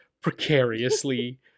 precariously